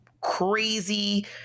crazy